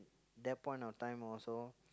that point of time also